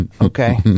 okay